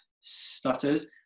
stutters